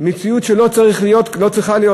מציאות שלא צריכה להיות.